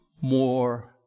more